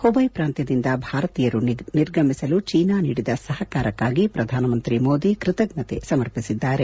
ಪುಬೈ ಪ್ರಾಂತ್ಯದಿಂದ ಭಾರತೀಯರು ನಿರ್ಗಮಿಸಲು ಚೀನಾ ನೀಡಿದ ಸಹಕಾರಕ್ಕಾಗಿ ಪ್ರಧಾನಮಂತ್ರಿ ಮೋದಿ ಕೃತಜ್ಞತೆ ಸಮರ್ಪಿಸಿದ್ದಾರೆ